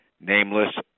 nameless